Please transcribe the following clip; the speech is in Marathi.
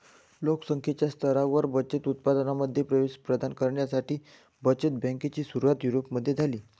लोक संख्येच्या सर्व स्तरांवर बचत उत्पादनांमध्ये प्रवेश प्रदान करण्यासाठी बचत बँकेची सुरुवात युरोपमध्ये झाली